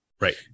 Right